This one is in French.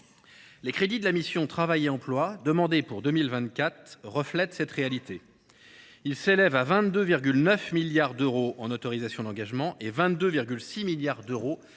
Les crédits de la mission « Travail et emploi » demandés pour 2024 reflètent cette réalité. Ils s’élèvent à 22,9 milliards d’euros en autorisations d’engagement (AE) et à 22,6 milliards d’euros en crédits de paiement